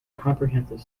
comprehensive